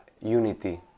unity